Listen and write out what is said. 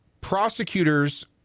prosecutors